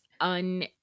un